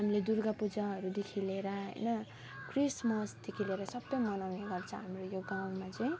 हामीले दुर्गापूजाहरूदेखि लिएर होइन क्रिस्मसदेखि लिएर सबै मनाउने गर्छ हाम्रो यो गाउँमा चाहिँ